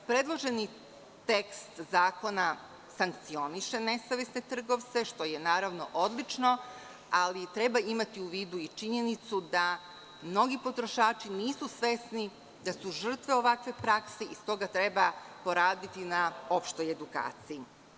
Predloženi tekst zakona sankcioniše nesavesne trgovce, što je naravno odlično, ali treba imati u vidu i činjenicu da mnogi potrošači nisu svesni da su žrtve ovakve prakse i stoga treba poraditi na opštoj edukaciji.